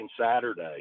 Saturday